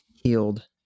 Healed